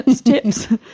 tips